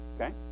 Okay